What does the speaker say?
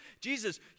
Jesus